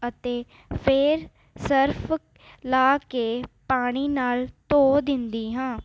ਅਤੇ ਫ਼ਿਰ ਸਰਫ ਲਗਾ ਕੇ ਪਾਣੀ ਨਾਲ਼ ਧੋ ਦਿੰਦੀ ਹਾਂ